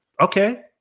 Okay